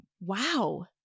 Wow